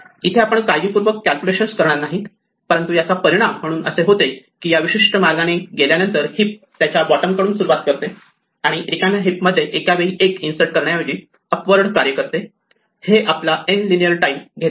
इथे आपण काळजीपूर्वक कॅल्क्युलेशन करणार नाहीत परंतु याचा परिणाम म्हणून असे होते की या विशिष्ट मार्गाने केल्यानंतर हिप त्याच्या बॉटम कडून सुरुवात करते आणि रिकाम्या हीप मध्ये एकावेळी एक इन्सर्ट करण्याऐवजी अपवर्ड कार्य करते हे आपला n हा लिनियर टाईम घेतो